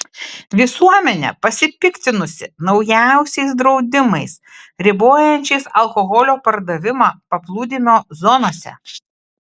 visuomenė pasipiktinusi naujausiais draudimais ribojančiais alkoholio pardavimą paplūdimio zonose